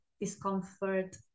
discomfort